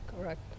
Correct